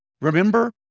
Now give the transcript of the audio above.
remember